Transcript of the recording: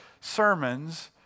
sermons